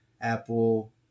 Apple